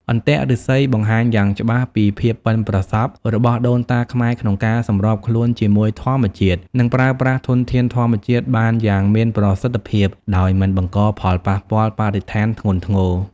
អន្ទាក់ឫស្សីបង្ហាញយ៉ាងច្បាស់ពីភាពប៉ិនប្រសប់របស់ដូនតាខ្មែរក្នុងការសម្របខ្លួនជាមួយធម្មជាតិ និងប្រើប្រាស់ធនធានធម្មជាតិបានយ៉ាងមានប្រសិទ្ធភាព ដោយមិនបង្កផលប៉ះពាល់បរិស្ថានធ្ងន់ធ្ងរ។